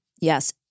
Yes